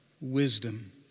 wisdom